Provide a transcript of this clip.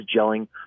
gelling